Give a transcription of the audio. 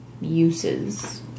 uses